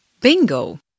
Bingo